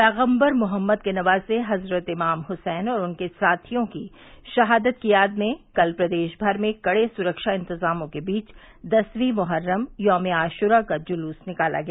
पैगंबर मुहम्मद के नवासे हजरत इमाम हुसैन और उनके साथियों की शहादत की याद में कल प्रदेश भर में कड़े सुख्वा इंतजामों के बीच दसवीं मोहर्रम यौम ए आशूरा का जुलूस निकाला गया